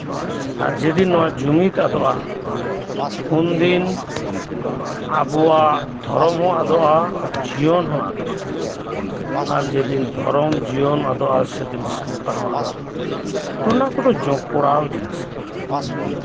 ᱟᱨ ᱡᱮ ᱫᱤᱱ ᱱᱚᱣᱟ ᱡᱩᱢᱤᱫ ᱟᱫᱚᱜᱼᱟ ᱩᱱᱫᱤᱱ ᱟᱵᱚᱣᱟᱜ ᱫᱷᱚᱨᱚᱢ ᱦᱚᱸ ᱟᱫᱚᱜᱼᱟ ᱡᱤᱭᱚᱱ ᱦᱚᱸ ᱟᱫᱚᱜᱼᱟ ᱟᱨ ᱡᱮ ᱫᱤᱱ ᱫᱷᱚᱨᱚᱢ ᱡᱤᱭᱚᱱ ᱟᱫᱚᱜᱼᱟ ᱥᱮᱫᱤᱱ ᱥᱟᱶᱛᱟ ᱦᱚᱸ ᱟᱫᱚᱜᱼᱟ ᱚᱱᱟ ᱠᱚᱫᱚ ᱡᱚᱯᱲᱟᱣ ᱡᱤᱱᱤᱥ ᱠᱟᱱᱟ